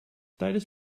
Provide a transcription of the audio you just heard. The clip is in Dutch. tijdens